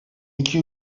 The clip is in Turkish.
iki